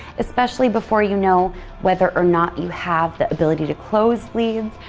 especially before you know whether or not you have the ability to close leads,